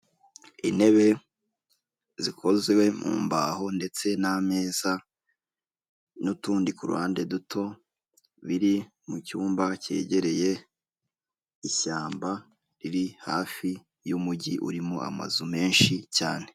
Intebe zikozwe mu mbaho ndetse n'ameza, n'utundi ku ruhande duto biri mucyumba cyegereye ishyamba, riri hafi y'umujyi urimo amazu menshi cyane.